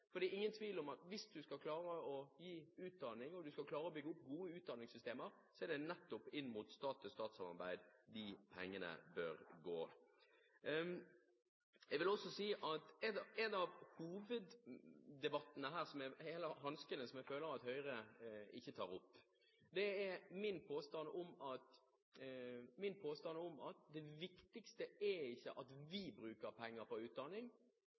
for det er ingen tvil om at hvis man skal klare å gi utdanning og klare å bygge opp gode utdanningssystemer, er det nettopp inn mot stat-til-stat-samarbeid de pengene må gå. En av hanskene som jeg føler at Høyre ikke tar opp, er min påstand om at det viktigste ikke er at vi bruker penger på utdanning,